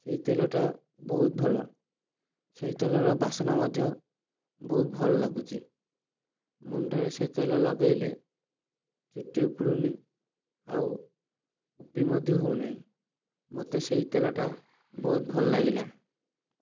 ସେଇ ତେଲଟା ବହୁତ ଭଲ ସେଇ ତେଲର ବାସ୍ନା ମଧ୍ୟ ବହୁତ ଭଲ ଲାଗୁଛି ମୁଣ୍ଡରେ ସେ ତେଲ ଲଗାଇଲେ ଚୁଟି ଉପୁଡ଼ୁନି ଆଉ ରୁପି ମଧ୍ୟ ହେଉ ନାହିଁ ମୋତେ ସେଇ ତେଲଟା ବହୁତ ଭଲ ଲାଗିଲା